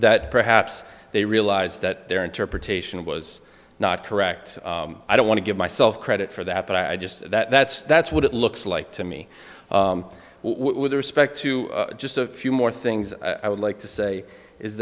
that perhaps they realized that their interpretation was not correct i don't want to give myself credit for that but i just that that's what it looks like to me with respect to just a few more things i would like to say is